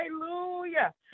hallelujah